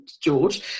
George